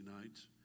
nights